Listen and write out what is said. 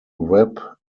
web